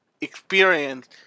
experience